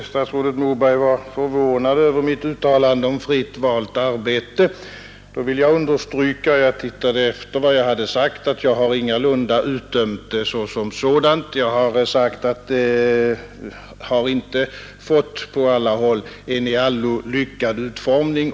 Fru talman! Statsrådet Moberg var förvånad över mitt uttalande om fritt valt arbete. Jag såg efter i mitt manuskript vad jag hade sagt, och jag vill understryka att jag ingalunda har utdömt fritt valt arbete som sådant; jag har sagt att det inte på alla håll har fått en i allo lycklig utformning.